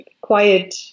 quiet